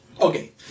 Okay